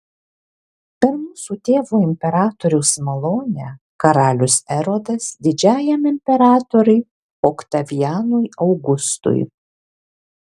per mūsų tėvo imperatoriaus malonę karalius erodas didžiajam imperatoriui oktavianui augustui